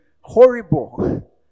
Horrible